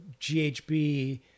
GHB